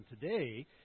today